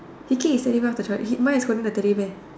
mine is holding the Teddy bear